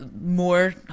more